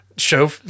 show